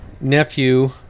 nephew